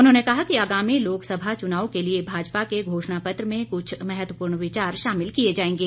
उन्होंने कहा कि आगामी लोकसभा चुनाव के लिए भाजपा के घोषणा पत्र में कुछ महत्वपूर्ण विचार शामिल किए जाएंगे